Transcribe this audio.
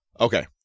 Okay